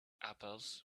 apples